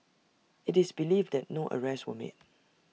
IT is believed that no arrests were made